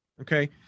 okay